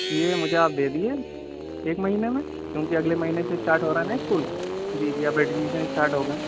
یہ مجھے آپ دے دیجیے ایک مہینے میں کیونکہ اگلے مہینے سے اسٹارٹ ہو رہا ہے نا اسکول جی جی اب ایڈمیشن اسٹارٹ ہو گئے